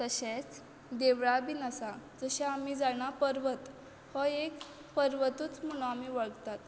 तशेंच देवळां बीन आसात तशें आमी जाणा पर्वत हो एक पर्वतूच म्हूण आमी वळखतात